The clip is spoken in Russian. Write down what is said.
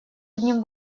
одним